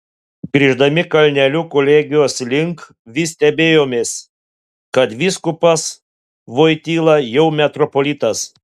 grįždami kalneliu kolegijos link vis stebėjomės kad vyskupas voityla jau metropolitas